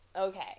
Okay